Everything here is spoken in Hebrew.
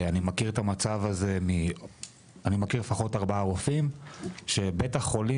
אני מכיר לפחות ארבעה רופאים שבית החולים,